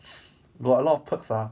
got a lot of perks ah